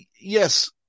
yes